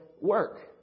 work